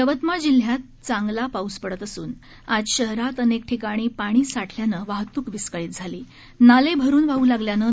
यवतमाळ जिल्ह्यात चांगला पाऊस पडत असून आज शहरात अनेक ठिकाणी पाणी साठल्यानं वाहतूक विस्कळीत झालीनाले भरून वाह लागल्यानं